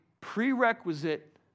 prerequisite